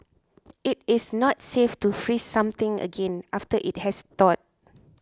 it is not safe to freeze something again after it has thawed